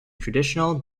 traditional